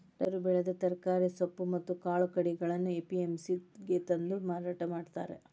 ರೈತರು ಬೆಳೆದ ತರಕಾರಿ, ಸೊಪ್ಪು ಮತ್ತ್ ಕಾಳು ಕಡಿಗಳನ್ನ ಎ.ಪಿ.ಎಂ.ಸಿ ಗೆ ತಂದು ಮಾರಾಟ ಮಾಡ್ತಾರ